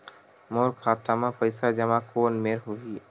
मोर खाता मा पईसा जमा कोन मेर होही?